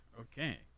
Okay